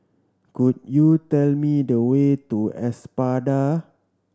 could you tell me the way to Espada